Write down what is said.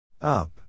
up